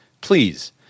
Please